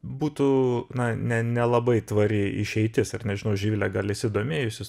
būtų na ne nelabai tvari išeitis ir nežinau živile gal esi domėjusis